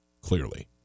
clearly